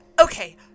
Okay